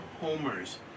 homers